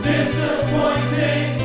Disappointing